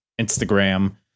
Instagram